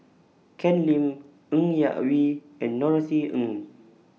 Ken Lim Ng Yak Whee and Norothy Ng